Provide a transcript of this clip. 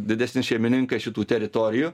didesni šeimininkai šitų teritorijų